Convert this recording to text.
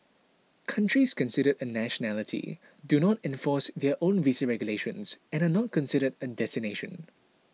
countries considered a nationality do not enforce their own visa regulations and are not considered a destination